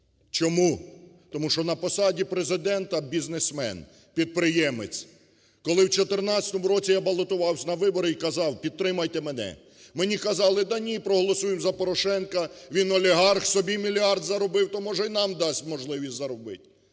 Чому? Тому що на посаді президента – бізнесмен, підприємець. Коли в 2014 році я балотувався на вибори і казав: "Підтримайте мене", мені казали: "Да ні, проголосуємо за Порошенка. Він – олігарх, собі мільярд заробив, то, може, й нам дасть можливість заробити".